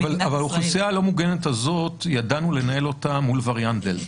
אבל את האוכלוסייה הלא מוגנת הזאת ידענו לנהל מול וריאנט דלתא,